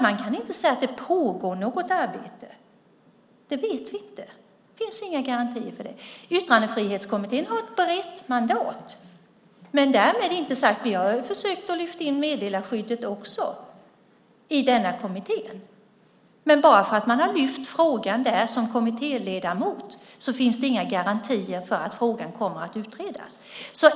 Man kan inte säga att det pågår något arbete. Det vet vi inte. Det finns inga garantier för det. Yttrandefrihetskommittén har ett brett mandat. Vi har försökt att lyfta in meddelarskyddet också i denna kommitté. Men bara för att man som kommittéledamot har lyft upp frågan finns det inga garantier för att frågan kommer att utredas.